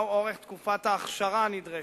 מה אורך תקופת האכשרה הנדרשת?